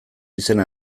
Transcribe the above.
izena